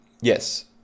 yes